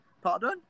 pardon